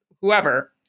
whoever